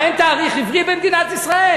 מה, אין תאריך עברי במדינת ישראל?